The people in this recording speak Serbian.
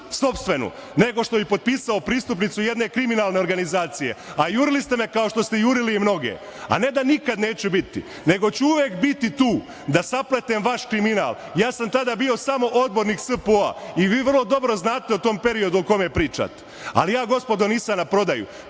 nego što bih potpisao pristupnicu jedne kriminalne organizacije, a jurili ste me, kao što ste jurili mnoge, a ne da nikada neću biti, nego ću uvek biti tu da sapletem vaš kriminal, a ja sam tada samo bio odbornik SPO, i vi vrlo dobro znate o tom periodu o kom pričate, ali ja gospodo nisam na prodaju,